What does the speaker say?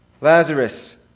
Lazarus